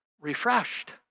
refreshed